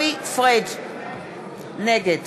נגד